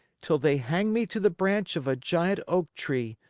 till they hanged me to the branch of a giant oak tree.